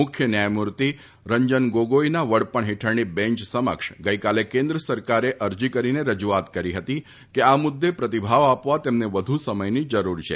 મુખ્ય ન્યાયમૂર્તિ રંજન ગોગોઇના વડપણ હેઠળની બેન્ચ સમક્ષ ગઇકાલે કેન્દ્ર સકરકારે અરજી કરીને રજુઆત કરી હતી કે આ મુદ્દે પ્રતિભાવ આપવા તેમને વધુ સમયની જરૂર છે